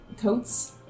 coats